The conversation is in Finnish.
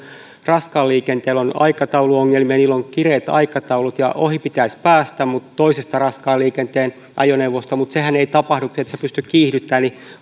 raskaalla liikenteellä aikatauluongelmia on kireät aikataulut ja ohi pitäisi päästä toisesta raskaan liikenteen ajoneuvosta mutta sehän ei tapahdu et sinä pysty kiihdyttämään